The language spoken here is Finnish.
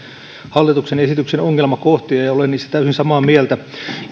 hallituksen esityksen ongelmakohtia ja olen niistä täysin samaa mieltä